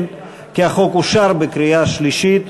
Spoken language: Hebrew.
כן כי החוק אושר בקריאה שלישית.